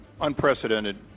unprecedented